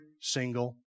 single